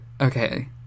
okay